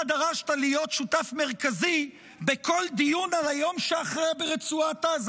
אתה דרשת להיות שותף מרכזי בכל דיון על היום שאחרי ברצועת עזה,